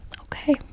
Okay